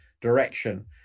direction